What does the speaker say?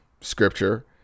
scripture